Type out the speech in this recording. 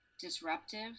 disruptive